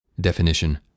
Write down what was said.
Definition